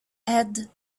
add